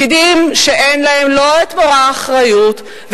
פקידים שאין להם לא מורא האחריות,